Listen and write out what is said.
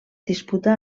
disputa